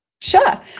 Sure